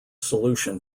solution